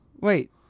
Wait